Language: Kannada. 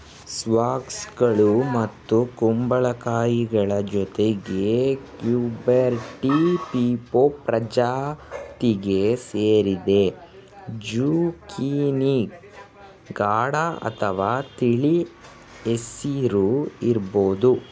ಸ್ಕ್ವಾಷ್ಗಳು ಮತ್ತು ಕುಂಬಳಕಾಯಿಗಳ ಜೊತೆಗೆ ಕ್ಯೂಕರ್ಬಿಟಾ ಪೀಪೊ ಪ್ರಜಾತಿಗೆ ಸೇರಿದೆ ಜುಕೀನಿ ಗಾಢ ಅಥವಾ ತಿಳಿ ಹಸಿರು ಇರ್ಬೋದು